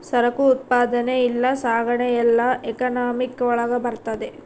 ಸರಕು ಉತ್ಪಾದನೆ ಇಲ್ಲ ಸಾಗಣೆ ಎಲ್ಲ ಎಕನಾಮಿಕ್ ಒಳಗ ಬರ್ತದೆ